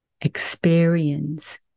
experience